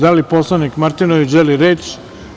Da li poslanik Martinović želi reč?